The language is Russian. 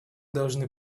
должны